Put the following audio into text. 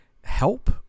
help